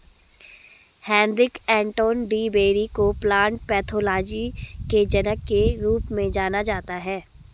Heinrich Anton de Bary को plant pathology के जनक के रूप में जाना जाता है